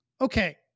Okay